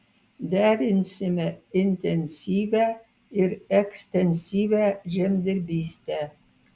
derinsime intensyvią ir ekstensyvią žemdirbystę